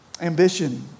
ambition